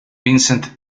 vincent